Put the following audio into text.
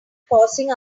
pausing